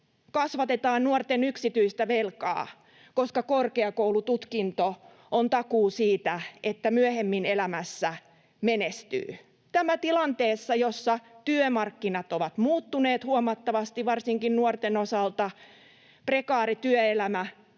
kasvatetaan nuorten yksityistä velkaa, koska korkeakoulututkinto on takuu siitä, että myöhemmin elämässä menestyy — tämä tilanteessa, jossa työmarkkinat ovat muuttuneet huomattavasti varsinkin nuorten osalta. Prekaari työelämä